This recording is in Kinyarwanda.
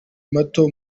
mato